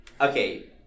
Okay